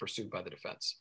pursued by the defense